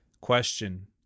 Question